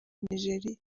nigeria